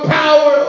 power